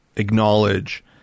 acknowledge